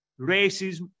racism